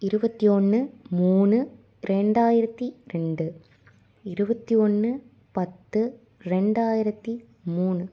இருபத்தி ஒன்று மூணு ரெண்டாயிரத்து ரெண்டு இருபத்தி ஒன்று பத்து ரெண்டாயிரத்து மூணு